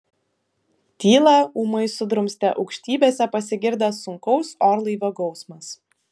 tylą ūmai sudrumstė aukštybėse pasigirdęs sunkaus orlaivio gausmas